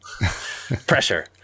Pressure